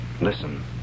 listen